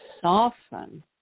soften